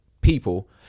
People